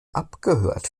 abgehört